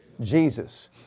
Jesus